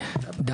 היה בעבר.